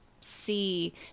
see